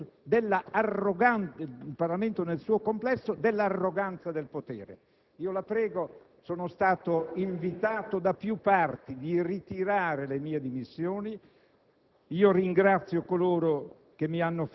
(che tocca anche il Parlamento nel suo complesso) dell'arroganza del potere. Sono stato invitato da più parti a ritirare le dimissioni;